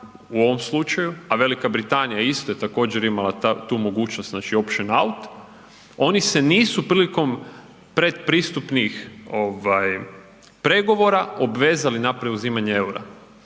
u ovom slučaju, a Velika Britanija isto je također imala tu mogućnost znači options out, oni se prilikom pretpristupnih pregovora obvezali na preuzimanje eura.